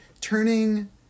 turning